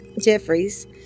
Jeffries